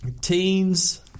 teens